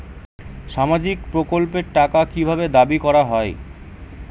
সামাজিক প্রকল্পের টাকা কি ভাবে দাবি করা হয়?